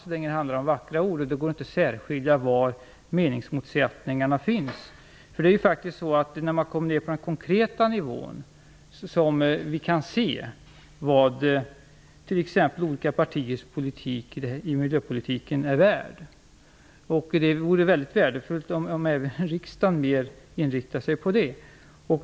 Så länge det handlar om vackra ord går det inte att särskilja var meningsmotsättningarna finns. Det är faktiskt först när man kommer ned på den konkreta nivån som vi kan se vad t.ex. olika partiers politik på miljöområdet är värd. Det vore mycket värdefullt om även riksdagen inriktade sig på det.